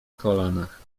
kolanach